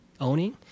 owning